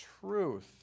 truth